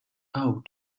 out